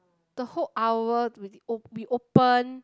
the whole hour we o~ we open